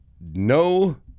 no